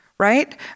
right